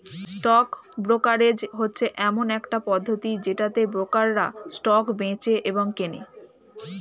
stock brokerage হচ্ছে এমন একটা পদ্ধতি যেটাতে ব্রোকাররা স্টক বেঁচে আর কেনে